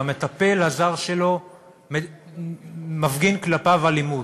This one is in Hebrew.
והמטפל הזר שלו מפגין כלפיו אלימות,